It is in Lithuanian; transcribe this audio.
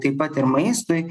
taip pat ir maistui